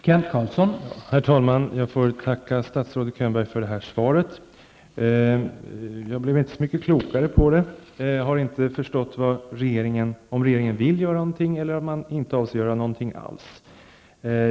Herr talman! Jag får tacka statsrådet Könberg för det här svaret. Jag blev inte så mycket klokare av det. Jag har inte förstått om regeringen vill göra någonting eller om den inte avser att göra någonting alls.